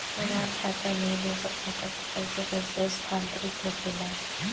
हमार खाता में दूसर खाता से पइसा कइसे स्थानांतरित होखे ला?